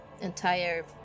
entire